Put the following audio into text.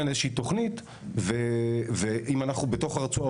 איזו שהיא תוכנית ואם אנחנו בתוך הרצועה,